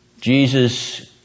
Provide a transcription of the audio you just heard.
Jesus